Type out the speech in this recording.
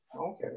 Okay